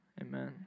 Amen